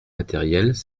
matériels